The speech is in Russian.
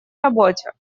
работе